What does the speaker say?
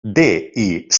dic